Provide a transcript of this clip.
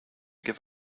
give